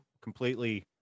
completely